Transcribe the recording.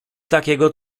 takiego